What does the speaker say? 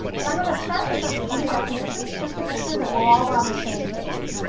but i'm going to start with a few definitions just to make sure that we're all on the same page.